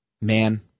man